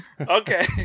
Okay